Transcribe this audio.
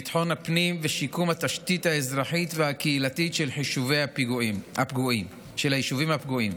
ביטחון הפנים ושיקום התשתית האזרחית והקהילתית של היישובים הפגועים.